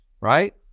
right